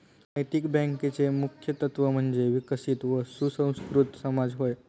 नैतिक बँकेचे मुख्य तत्त्व म्हणजे विकसित व सुसंस्कृत समाज होय